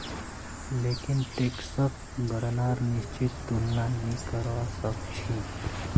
लेकिन टैक्सक गणनार निश्चित तुलना नी करवा सक छी